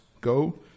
Go